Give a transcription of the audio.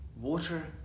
water